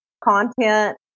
content